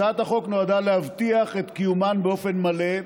הצעת החוק נועדה להבטיח את קיומן באופן מלא,